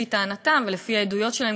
לפי טענתם ולפי העדויות שלהם,